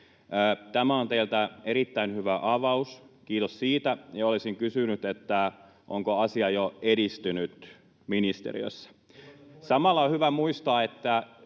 Tämä on teiltä erittäin hyvä avaus, kiitos siitä, ja olisin kysynyt, onko asia jo edistynyt ministeriössä. Samalla on hyvä muistaa, että